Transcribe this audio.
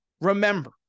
Remember